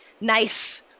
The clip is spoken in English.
nice